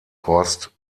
horst